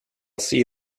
see